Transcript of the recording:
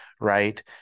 right